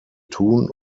tun